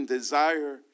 desire